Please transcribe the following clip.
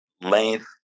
length